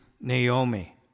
Naomi